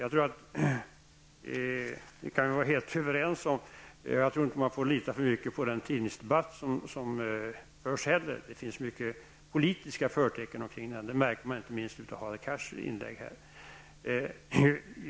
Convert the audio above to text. Det kan vi vara helt överens om. Jag tror inte heller man får lita för mycket på den tidningsdebatt som förs. Där finns mycket politiska förtecken. Det märker man inte minst av Hadar Cars inlägg tidigare här.